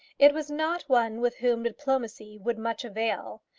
it was not one with whom diplomacy would much avail,